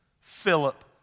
Philip